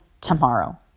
tomorrow